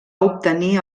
obtenir